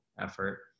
effort